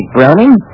Browning